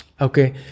Okay